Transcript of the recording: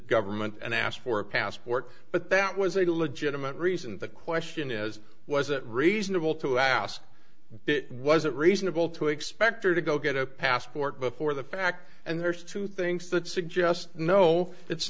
government and ask for a passport but that was a legitimate reason the question is was it reasonable to ask was it reasonable to expect her to go get a passport before the fact and there's two things that suggest no